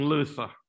Luther